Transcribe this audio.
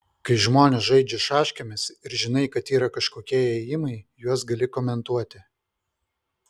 kai žmonės žaidžia šaškėmis ir žinai kad yra kažkokie ėjimai juos gali komentuoti